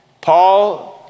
Paul